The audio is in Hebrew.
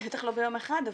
בטח לא ביום אחד,